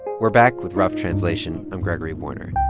we're back with rough translation. i'm gregory warner.